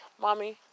Mommy